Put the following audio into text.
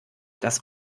das